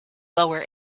lower